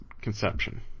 conception